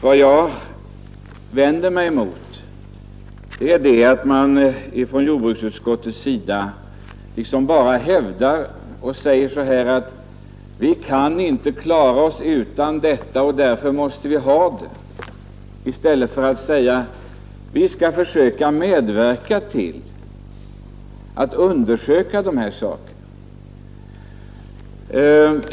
Vad jag vänder mig mot är att man från jordbruksutskottets sida liksom bara säger att vi inte kan klara oss utan biocider etc. och att vi därför måste ha det, i stället för att säga: Vi skall försöka medverka till att undersöka balanserade odlingsformer.